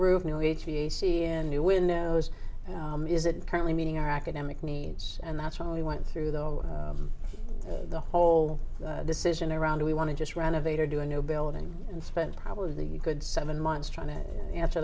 roof new age v a c and new windows is it currently meeting our academic needs and that's why we went through the whole the whole decision around we want to just renovate or do a new building and spend probably the good seven months trying to answer